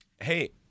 hey